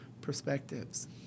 perspectives